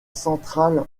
centrale